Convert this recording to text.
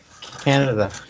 Canada